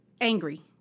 angry